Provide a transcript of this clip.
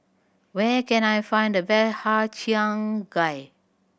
where can I find the best Har Cheong Gai